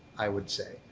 i would say.